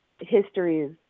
histories